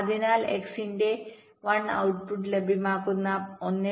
അതിനാൽ x ന്റെ output ലഭ്യമാകുന്ന 1